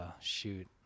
shoot